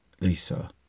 Lisa